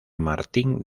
martín